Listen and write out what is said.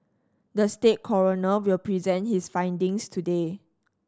the state coroner will present his findings today